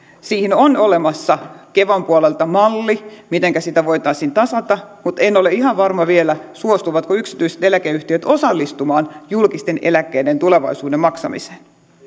siihen on olemassa kevan puolelta malli mitenkä sitä voitaisiin tasata mutta en ole vielä ihan varma suostuvatko yksityiset eläkeyhtiöt osallistumaan julkisten eläkkeiden tulevaisuuden maksamiseen